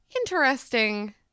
interesting